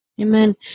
Amen